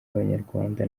b’abanyarwanda